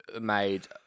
Made